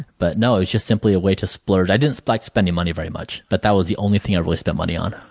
but no it was just simply a way to splurge. i did not like spending money very much, but that was the only thing i really spent money on.